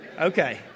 Okay